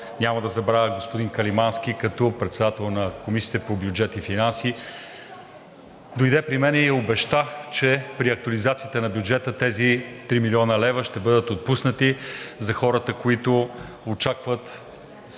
няма да забравя господин Каримански като председател на Комисията по бюджет и финанси, дойде при мен и обеща, че при актуализацията на бюджета тези 3 млн. лв. ще бъдат отпуснати за хората, които очакват